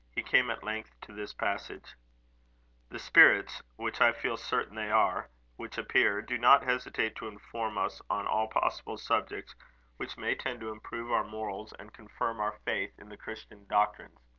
he came at length to this passage the spirits which i feel certain they are which appear, do not hesitate to inform us on all possible subjects which may tend to improve our morals, and confirm our faith in the christian doctrines.